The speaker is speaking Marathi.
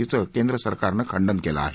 तिचं केंद्रसरकारनं खंडन केलं आहे